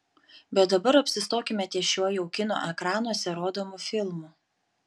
bet dabar apsistokime ties šiuo jau kino ekranuose rodomu filmu